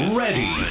ready